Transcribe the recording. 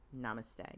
namaste